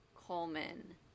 coleman